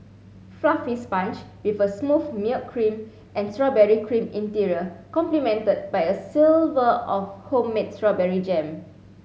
fluffy sponge with a smooth milk cream and strawberry cream interior complemented by a silver of homemade strawberry jam